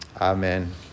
Amen